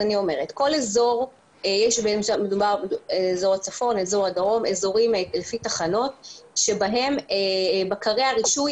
אני אומרת שבאזורים לפי תחנות נמצאים בקרי הרישוי